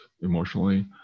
emotionally